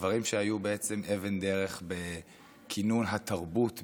דברים שהיו בעצם אבן דרך בכינון התרבות בישראל,